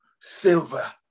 silver